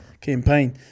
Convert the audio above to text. campaign